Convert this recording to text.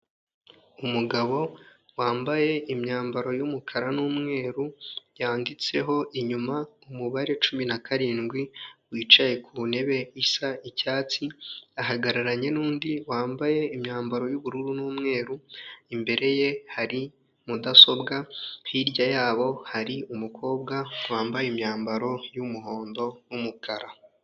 Umugabo wambaye imyambaro y'umukara n'umweru yanditseho inyuma umubare cumi na karindwi, wicaye ku ntebe isa icyatsi ahagararanye n'undi wambaye imyambaro y'ubururu n'umweru, imbere ye hari mudasobwa hirya yabo hari umukobwa wambaye imyambaro y'umuhondo n'umukara.